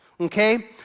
okay